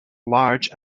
large